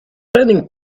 spending